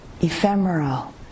ephemeral